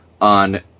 on